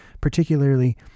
particularly